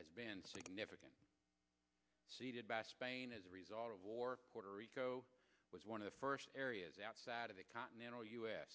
has been significant ceded by spain as a result of war puerto rico was one of the first areas outside of the continental us